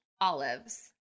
olives